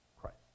Christ